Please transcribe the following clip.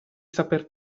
saper